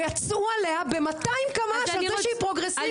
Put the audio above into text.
ויצאו עליה ב- 200 קמ"ש על זה שהיא פרוגרסיבית.